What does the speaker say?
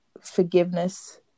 forgiveness